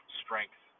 strength